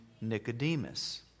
Nicodemus